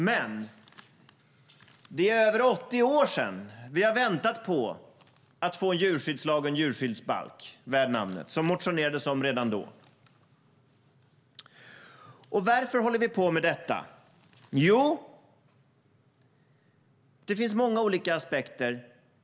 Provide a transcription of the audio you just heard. Men vi har väntat i över 80 år på att få en djurskyddslag och en djurskyddsbalk värd namnet, vilket alltså motionerades om redan då. Varför håller vi på med detta? Det finns många olika aspekter.